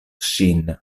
ŝin